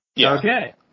Okay